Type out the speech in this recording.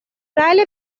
بله